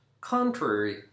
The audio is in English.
contrary